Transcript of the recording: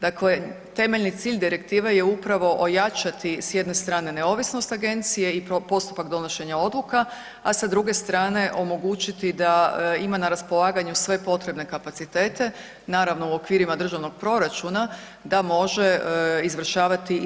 Dakle, temeljni cilj direktive je upravo ojačati s jedne strane neovisnost agencije i postupak donošenja odluka, a sa druge strane omogućiti da ima na raspolaganju sve potrebne kapacitete naravno u okvirima državnog proračuna da može izvršavati i ove funkcije.